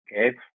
Okay